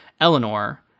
Eleanor